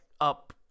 up